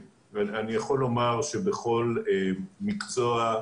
אני יכול לומר שבכל מקצוע,